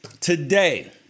Today